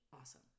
awesome